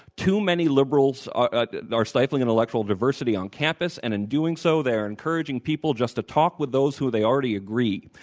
too many liberals are are stifling intellectual diversity on campus and in doing so, they are encouraging people just to talk with those who they already agreed.